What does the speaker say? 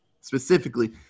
specifically